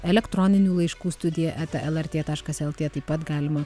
elektroninių laiškų studija eta lrt taškas lt taip pat galima